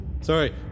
Sorry